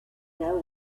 know